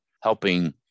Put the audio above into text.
helping